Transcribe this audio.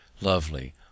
lovely